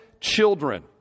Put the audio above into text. children